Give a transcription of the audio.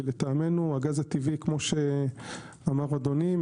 לטעמנו הגז הטבעי כפי שאמר אדוני,